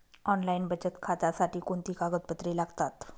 Online बचत खात्यासाठी कोणती कागदपत्रे लागतात?